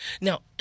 Now